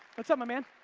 what's up my man?